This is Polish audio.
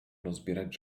rozbierać